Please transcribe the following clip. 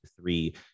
three